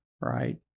right